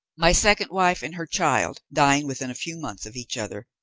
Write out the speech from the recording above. my second wife and her child dying within a few months of each other,